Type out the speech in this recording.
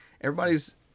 everybody's